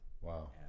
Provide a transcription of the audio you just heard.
Wow